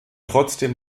trotzdem